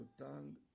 tongue